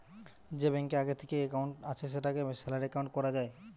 যে ব্যাংকে আগে থিকেই একাউন্ট আছে সেটাকে স্যালারি একাউন্ট কোরা যায়